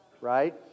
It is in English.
right